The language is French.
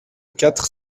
quatre